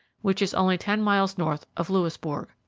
which is only ten miles north of louisbourg.